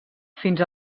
fins